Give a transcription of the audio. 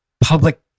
public